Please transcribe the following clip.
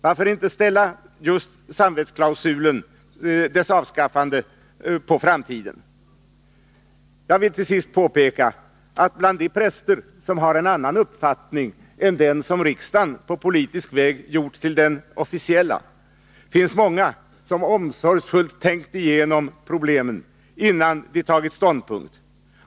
Varför inte ställa just samvetsklausulens avskaffande på framtiden? Jag vill till sist påpeka, att bland de präster som har en annan uppfattning än den som riksdagen på politisk väg har gjort till den officiella, finns det många som omsorgsfullt har tänkt igenom frågan innan de tagit ståndpunkt.